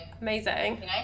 amazing